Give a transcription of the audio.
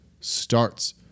starts